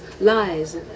lies